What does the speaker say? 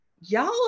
Y'all